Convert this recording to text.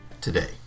today